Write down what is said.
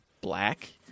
black